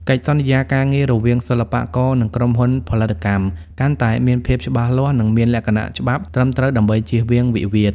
កិច្ចសន្យាការងាររវាងសិល្បករ និងក្រុមហ៊ុនផលិតកម្ម កាន់តែមានភាពច្បាស់លាស់ និងមានលក្ខណៈច្បាប់ត្រឹមត្រូវដើម្បីចៀសវាងវិវាទ។